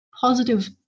positive